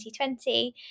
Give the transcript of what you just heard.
2020